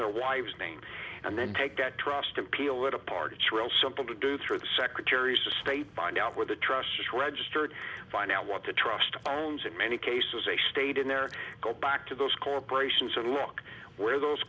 their wives name and then take that trust and peel it apart it's real simple to do through the secretaries of state find out where the trust just registered find out what the trust owns in many cases a state in there go back to those corporations and look where those